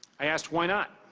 i asked why not.